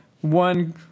one –